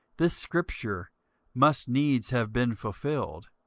this scripture must needs have been fulfilled,